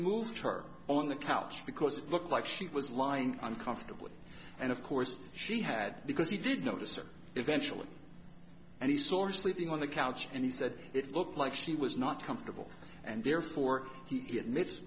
moved her on the couch because it looked like she was lying uncomfortably and of course she had because he did notice or eventually and he saw or sleeping on the couch and he said it looked like she was not comfortable and therefore he admits